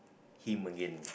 him again